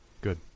Good